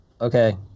Okay